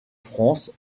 france